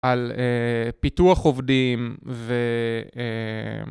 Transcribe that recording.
על אה... פיתוח עובדים ו... אה...